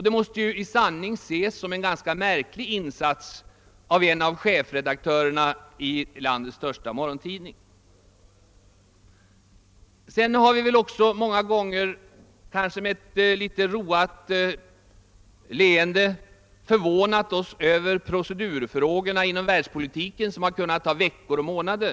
Det måste i sanning ses som en ganska märklig insats av en av chefredaktörerna i landets största morgontidning. Vi har väl också många gånger kanske med ett roat leende förvånat oss över alt procedurfrågor inom världspolitiken kunnat ta veckor och månader.